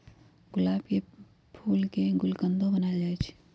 गुलाब के फूल के गुलकंदो बनाएल जाई छई